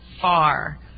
far